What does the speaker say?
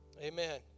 Amen